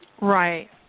Right